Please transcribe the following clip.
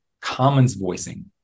commons-voicing